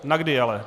Na kdy ale?